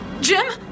Jim